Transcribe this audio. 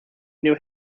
knew